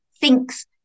thinks